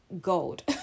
gold